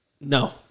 No